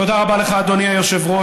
תודה רבה לך, אדוני היושב-ראש.